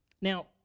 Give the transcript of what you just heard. now